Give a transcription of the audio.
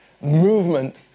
movement